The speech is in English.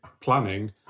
planning